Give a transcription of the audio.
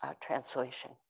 translation